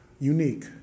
unique